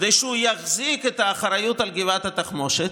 כדי שהוא יחזיק את האחריות על גבעת התחמושת,